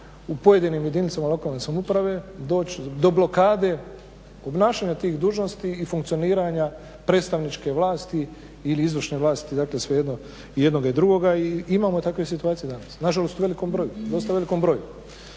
u pojedinim jedinicama lokalne samouprave doći do blokade obnašanja tih dužnosti i funkcioniranja predstavničke vlasti ili izvršne vlasti dakle svejedno, jednoga i drugoga i imamo takve situacije danas nažalost u velikom broju, dosta velikom broju.